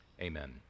Amen